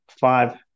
five